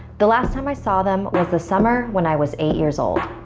the last time i saw them was the summer when i was eight years old.